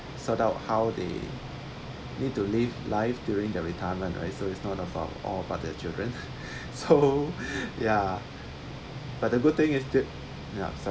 sort out how they need to live life during their retirement right so it's not a about all about their children's so ya but the good thing is that ya sorry